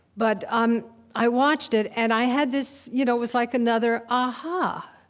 but um i watched it, and i had this you know it was like another aha.